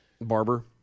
Barber